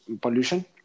pollution